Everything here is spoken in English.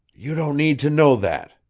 you don't need to know that.